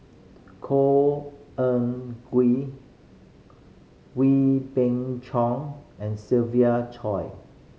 Khor Ean Ghee Wee Beng Chong and Siva Choy